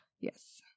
Yes